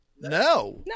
No